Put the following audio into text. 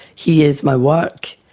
he is my work.